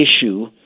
issue